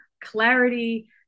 clarity